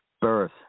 birth